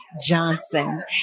Johnson